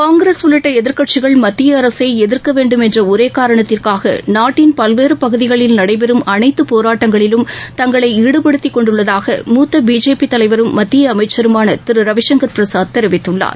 காங்கிரஸ் உள்ளிட்ட எதிர்க்கட்சிகள் மத்திய அரசை எதிர்க்க வேண்டும் என்ற ஒரே காரணத்திற்காக நாட்டின் பல்வேறு பகுதிகளில் நடைபெறும் அனைத்துப் போராட்டங்களிலும் தங்களை ஈடுபடுத்திக் கொண்டுள்ளதாக மூத்த பிஜேபி தலைவரும் மத்திய அமைச்சருமான திரு ரவிசங்கர் பிரசாத் தெரிவித்துள்ளார்